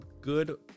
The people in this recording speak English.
good